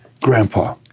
Grandpa